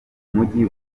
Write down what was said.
mujyi